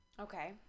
okay